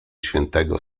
świętego